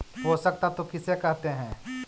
पोषक तत्त्व किसे कहते हैं?